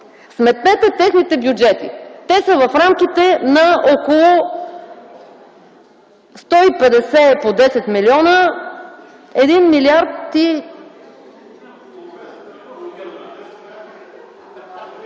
Сметнете техните бюджети. Те са в рамките на около, 150 умножено по 10 милиона е един милиард и ...